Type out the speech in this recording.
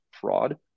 fraud